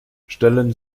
stellen